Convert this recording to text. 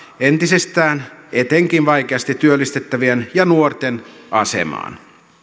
entisestään etenkin vaikeasti työllistettävien ja nuorten asemaan